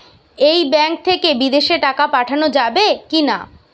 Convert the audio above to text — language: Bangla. এই ব্যাঙ্ক থেকে বিদেশে টাকা পাঠানো যাবে কিনা?